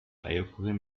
eierkuchen